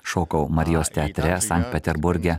šokau marijos teatre sankt peterburge